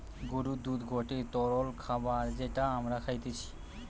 গরুর দুধ গটে তরল খাবার যেটা আমরা খাইতিছে